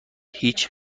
هیچ